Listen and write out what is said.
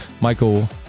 Michael